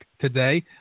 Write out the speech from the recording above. today